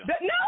No